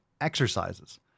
exercises